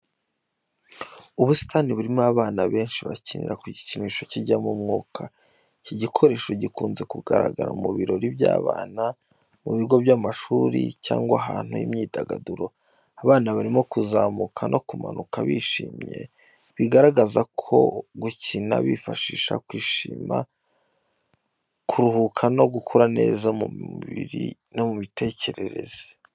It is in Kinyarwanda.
Ubusitani burimo abana benshi bakinira ku gikinisho kijyamo umwuka. Iki gikoresho gikunze kugaragara mu birori by’abana mu bigo by’amashuri cyangwa ahantu h’imyidagaduro. Abana barimo kuzamuka no kumanuka bishimye, bigaragaza uko gukina bibafasha kwishima, kuruhuka no gukura neza mu mubiri no mu mitekerereze.